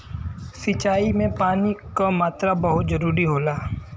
सिंचाई में पानी क मात्रा बहुत जरूरी होला